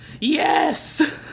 yes